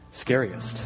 scariest